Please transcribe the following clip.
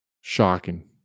shocking